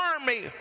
army